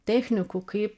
technikų kaip